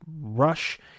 rush